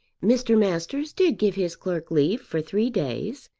mr. masters did give his clerk leave for three days,